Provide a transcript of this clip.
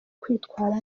kwitwara